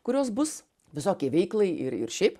kurios bus visokiai veiklai ir ir šiaip